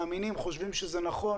מאמינים, חושבים שזה נכון.